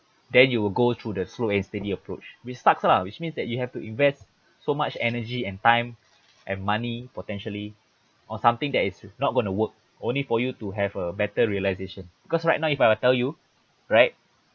then you will go through the slow and steady approach which sucks lah which means that you have to invest so much energy and time and money potentially on something that is not going to work only for you to have a better realisation because right now if I tell you right